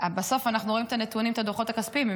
בסוף אנחנו רואים את הדוחות הכספיים.